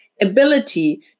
ability